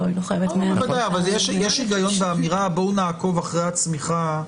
יש היגיון באמירה בואו נעקוב אחרי הצמיחה.